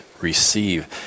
receive